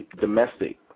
domestic